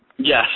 Yes